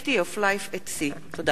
Safety of Life at Sea. תודה.